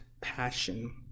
passion